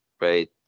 Right